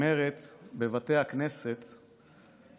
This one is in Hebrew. זו תפילה לשלום המדינה, שנאמרת בבתי הכנסת בשבתות.